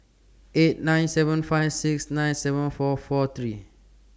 eight nine seven five six nine seven four four three